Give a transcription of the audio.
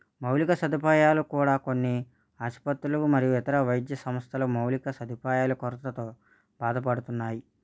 మౌలిక సదుపాయలు కూడా కొన్నిఆస్పత్రులు మరియు ఇతర వైద్య సంస్థలు మౌలిక సదుపాయల కొరతతో బాధపడుతున్నాయి